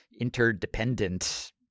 interdependent